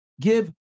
give